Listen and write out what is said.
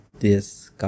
Yes